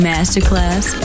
Masterclass